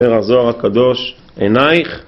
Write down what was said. שתרחזור הקדוש עינייך